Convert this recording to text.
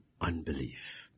unbelief